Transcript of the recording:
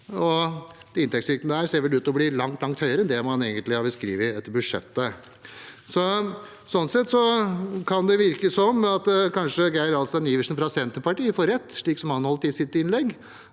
og inntektssvikten der ser ut til å bli langt høyere enn det man beskrev i budsjettet. Sånn sett kan det virke som om Geir Adelsten Iversen fra Senterpartiet får rett i det han sa i sitt innlegg.